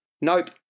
Nope